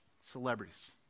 celebrities